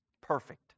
Perfect